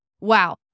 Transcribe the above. Wow